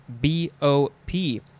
B-O-P